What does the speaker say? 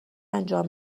انجام